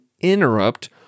interrupt